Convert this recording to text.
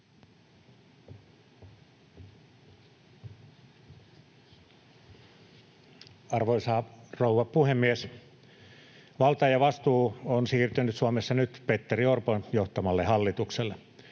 Arvoisa rouva puhemies! Valta ja vastuu on siirtynyt Suomessa nyt Petteri Orpon johtamalle hallitukselle.